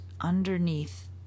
underneath